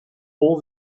all